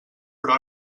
però